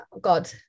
God